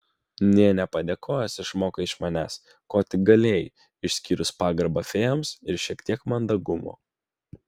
nė nepadėkojęs išmokai iš manęs ko tik galėjai išskyrus pagarbą fėjoms ir šiek tiek mandagumo